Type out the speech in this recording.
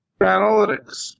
analytics